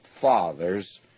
fathers